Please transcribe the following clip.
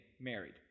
married